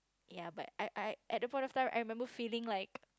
ya but I I at the point of time I remember feeling like